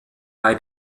bei